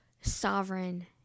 sovereign